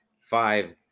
five